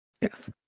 Yes